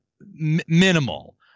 minimal